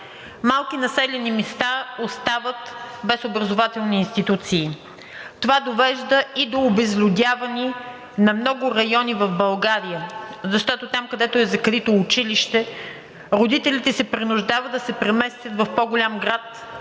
Малки населени места остават без образователни институции. Това довежда и до обезлюдяване на много райони в България, защото там, където е закрито училище, родителите се принуждават да се преместят в по-голям град,